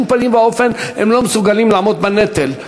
פנים ואופן הם לא מסוגלים לעמוד בנטל.